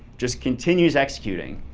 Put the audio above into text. just continues executing.